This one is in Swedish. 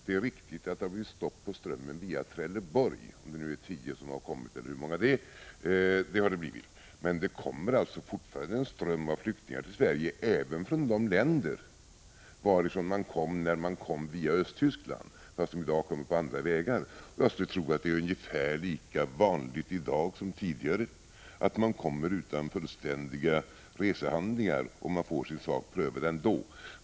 Det är riktigt att det har blivit stopp på strömmen via Trelleborg, men det kommer fortfarande en ström av flyktingar till Sverige från de länder varifrån de kom via Östtyskland. I dag kommer man på andra vägar. Jag skulle tro att det är ungefär lika vanligt i dag som tidigare att man kommer utan fullständiga resehandlingar. Man får sin sak prövad ändå.